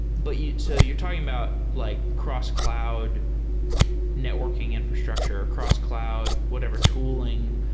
but yeah so you're talking about like cross-cloud networking infrastructure, cross-cloud whatever tooling.